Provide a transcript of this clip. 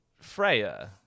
Freya